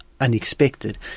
unexpected